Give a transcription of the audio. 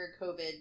COVID